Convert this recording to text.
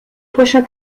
prochain